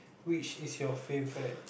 which is your favourite